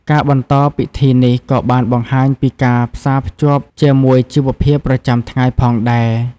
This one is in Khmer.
ការបន្តពិធីនេះក៏បានបង្ហាញពីការផ្សារភ្ជាប់ជាមួយជីវភាពប្រចាំថ្ងៃផងដែរ។